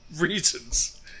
reasons